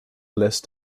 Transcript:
list